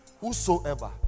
whosoever